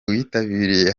witabiriye